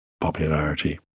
popularity